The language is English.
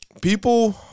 people